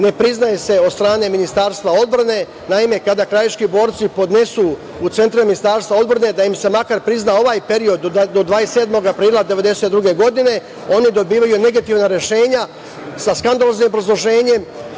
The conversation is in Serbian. ne priznaje se od strane Ministarstva odbrane. Naime, kada krajiški borci podnesu u centre Ministarstva odbrane da im se makar prizna ovaj period do 27. aprila 1992. godine, oni dobijaju negativna rešenja sa skandaloznim obrazloženjem